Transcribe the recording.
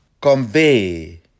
convey